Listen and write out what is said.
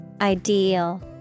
Ideal